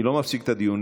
אני לא מפסיק את הדיונים,